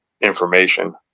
information